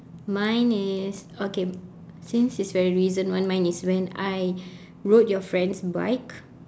mine is okay since it's very recent one mine is when I rode your friend's bike